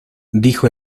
dijo